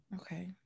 Okay